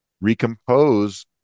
recompose